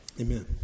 Amen